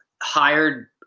hired